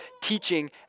teaching